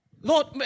Lord